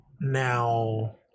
Now